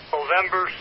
November